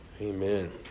Amen